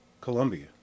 Colombia